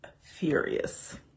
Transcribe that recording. furious